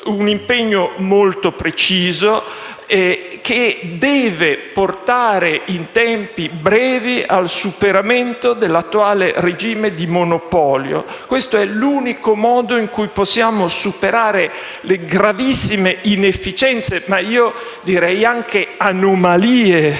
un impegno molto preciso che deve portare in tempi brevi al superamento dell'attuale regime di monopolio. Questo è l'unico modo in cui possiamo superare le gravissime inefficienze - ma io direi anche anomalie